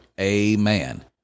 Amen